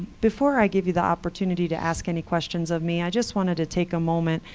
before i give you the opportunity to ask any questions of me, i just wanted to take a moment.